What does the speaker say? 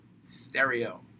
Stereo